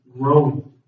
growing